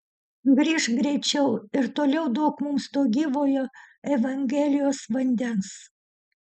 grįžk greičiau ir toliau duok mums to gyvojo evangelijos vandens